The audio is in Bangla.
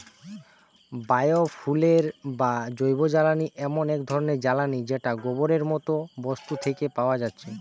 বায়ো ফুয়েল বা জৈবজ্বালানি এমন এক ধরণের জ্বালানী যেটা গোবরের মতো বস্তু থিকে পায়া যাচ্ছে